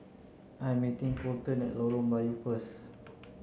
I am meeting Coleton at Lorong Melayu first